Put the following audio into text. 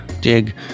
Dig